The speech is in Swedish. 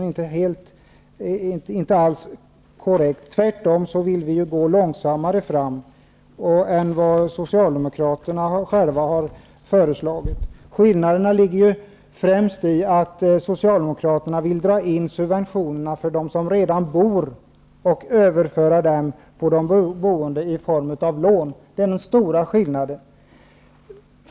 Vi vill tvärtom gå långsammare fram än vad Socialdemokraterna själva har föreslagit. Skillnaderna ligger främst i att Socialdemokraterna vill dra in subventionerna för de boende och överföra kostnaderna till dem i form av lån. Det är den stora skillnaden.